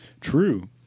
True